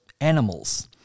animals